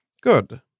Good